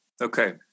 Okay